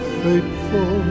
faithful